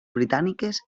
britàniques